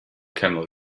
camel